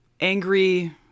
angry